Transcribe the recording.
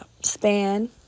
span